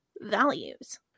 values